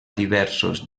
diversos